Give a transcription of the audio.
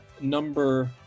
number